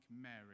Mary